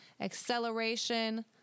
acceleration